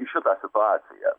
į šitą situaciją